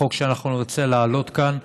החוק שאנחנו נרצה להעלות כאן,